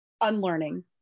unlearning